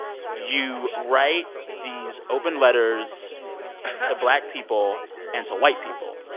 you write these open letters to black people and to white people